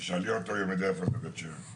תשאלי אותו אם הוא יודע איפה זה בית שאן.